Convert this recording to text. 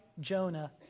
Jonah